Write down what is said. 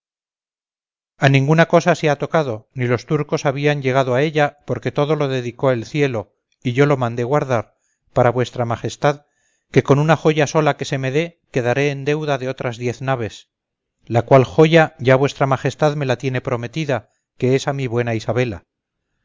a ninguna cosa se ha tocado ni los turcos habían llegado a ella porque todo lo dedicó el cielo y yo lo mandé guardar para vuestra majestad que con una joya sola que se me dé quedaré en deuda de otras diez naves la cual joya ya vuestra majestad me la tiene prometida que es a mi buena isabela